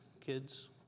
kids